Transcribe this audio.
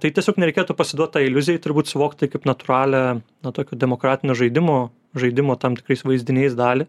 tai tiesiog nereikėtų pasiduot tai iliuzijai turbūt suvokt tai kaip natūralią na tokių demokratinio žaidimų žaidimo tam tikrais vaizdiniais dalį